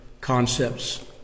concepts